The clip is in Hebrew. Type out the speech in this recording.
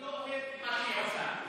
אני לא אוהב את מה שהיא עושה.